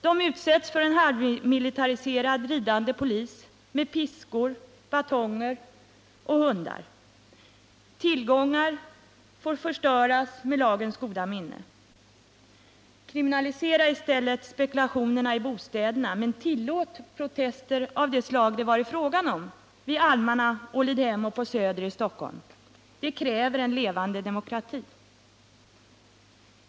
De möts av en halvmilitariserad ridande polis med piskor, batonger och hundar, och deras tillgångar får förstöras med lagens goda minne. Kriminalisera i stället spekulationerna i bostäder, men tillåt protester av det slag det varit fråga om vid almarna, i Ålidhem och på söder i Stockholm! Det kräver en levande demokrati.